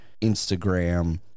Instagram